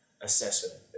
assessment